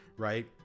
Right